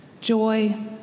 Joy